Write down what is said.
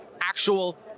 actual